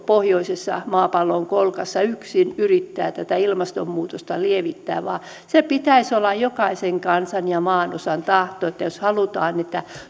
pohjoisessa maapallon kolkassa yksin yrittää tätä ilmastonmuutosta lievittää vaan sen pitäisi olla jokaisen kansan ja maanosan tahto jos halutaan että